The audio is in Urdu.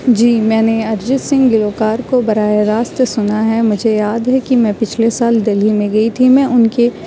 جی میں نے ارجیت سنگھ گلوکار کو براہ راست سنا ہے مجھے یاد ہے كہ میں پچھلے سال دلّی میں گئی تھی میں ان کے